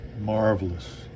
Marvelous